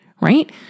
right